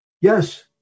yes